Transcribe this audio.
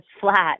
flat